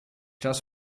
das